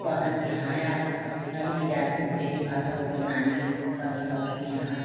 बहन के हैं या कहीं भी जाते हैं हम लोग यही भाषा बोलते हैं नानी कि फूफा के मौसी यहाँ